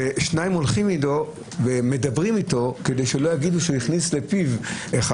ושניים הולכים איתו ומדברים איתו כדי שלא יגידו שהוא הכניס לפיו אחד.